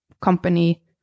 company